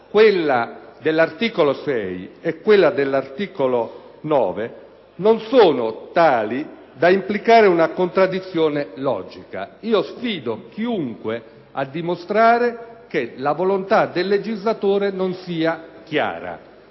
quella dell'articolo 6 e quella dell'articolo 29 - non sono tali da implicare una contraddizione logica. Io sfido chiunque a dimostrare che la volontà del legislatore non sia chiara.